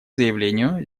заявлению